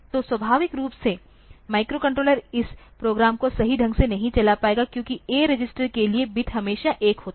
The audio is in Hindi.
तो स्वाभाविक रूप से माइक्रोकंट्रोलर इस प्रोग्राम को सही ढंग से नहीं चला पाएगा क्योंकि A रजिस्टर के लिए बिट हमेशा 1 होता है